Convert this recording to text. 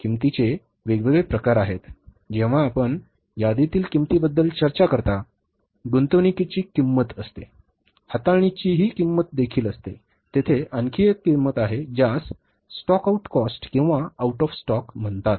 किंमतीचे वेगवेगळे प्रकार आहेत जेव्हा आपण यादीतील किंमतीबद्दल चर्चा करता गुंतवणूकीची किंमत असते हाताळणीची किंमत देखील असते तेथे आणखी एक किंमत आहे ज्यास स्टॉक आउट कॉस्ट किंवा out of stock म्हणतात